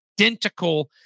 identical